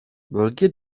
bölge